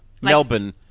melbourne